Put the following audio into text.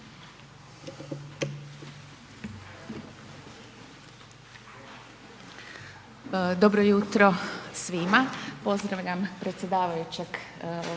Dobro jutro svima, pozdravljam predsjedavajućeg Hrvatskog